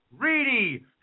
Reedy